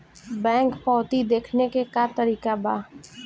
Bank पवती देखने के का तरीका बा?